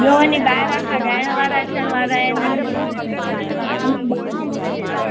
ॿियो वञी ॿाहिरां खां ॻाइणु वारा अचणु वारा आहिनि